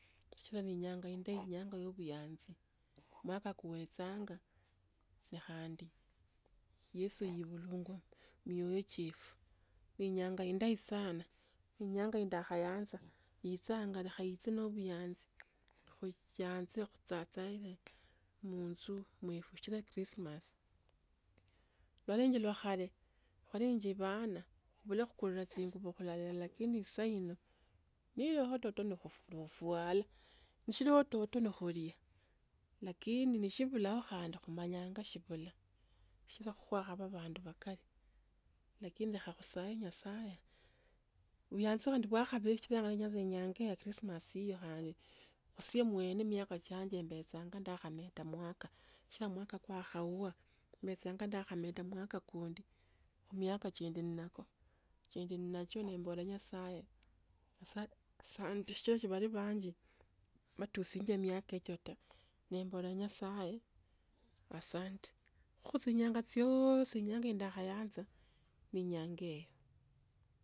Bishna bienya inda inyanga obunyanzi, mwaka kuwechanga na khandii, Yesu yebulwanga mu moyo cwefu, ne inyanga indayi sana, Inyanga ino ndakhayanza ichanga lekha iiche nende obunyanzi, khuyaaanze khutsatsaile, munju mwefwe shikila krismas. Lwalingi la khale kwalingi bana khubule khukulwa chingubo khulalila lakini, saino nelikho toto na khuuf-khufuala, ne shilio toto na khulia. Lakini ne shibulao khandi khumanya shibula ,shibula kwa khabaa bandu bakali lakini lekha kusaye nyasaye, buyanzi khandi khu inyanga ya krismasi iyo khandi ,khutsie mwene khumiaka chianje mbecha ndakhameta mwaka, sikila mwaka kwakhaua khubecha ndakhameta mwaka kund,i khu miaka ndi nacho nembola nyasaye, nyasaye asa-asante sikila si khuli na abanji, batusi miaka icho taa. Nembola nyasaye asante, kho khuchinjanga chiooosi inyanga ino, ne inyanga ya ndakhayanza ne enyanga eyo.